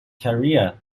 career